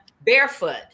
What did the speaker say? barefoot